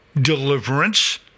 deliverance